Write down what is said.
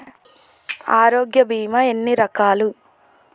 ఆరోగ్య బీమా ఎన్ని రకాలు?